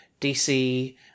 DC